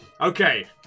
Okay